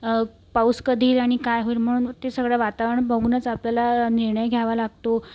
पाऊस कधी आणि काय होईल म्हणून ते सगळं वातावरण बघूनच आपल्याला निर्णय घ्यावा लागतो